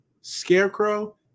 Scarecrow